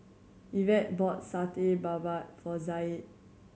Yvette bought Satay Babat for Zaid